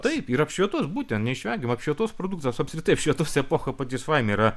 taip ir apšvietos būtent neišvengiamai apšvietos produktas apskritai apšvietos epocha pati savaime yra